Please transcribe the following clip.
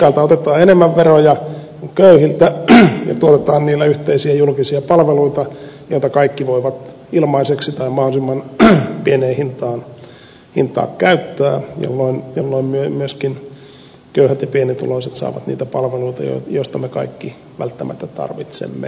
rikkailta otetaan enemmän veroja kuin köyhiltä ja tuotetaan niillä yhteisiä julkisia palveluita joita kaikki voivat ilmaiseksi tai mahdollisimman pieneen hintaan käyttää jolloin myöskin köyhät ja pienituloiset saavat niitä palveluita joita me kaikki välttämättä tarvitsemme